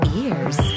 ears